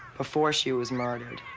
before she was murdered,